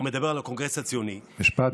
הוא מדבר על הקונגרס הציוני, משפט סיום.